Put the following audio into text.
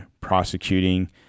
prosecuting